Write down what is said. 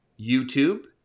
YouTube